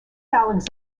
louis